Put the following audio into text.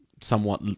somewhat